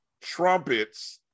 trumpets